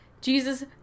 Jesus